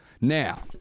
Now